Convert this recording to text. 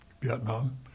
Vietnam